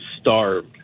starved